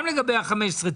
גם לגבי ה-15,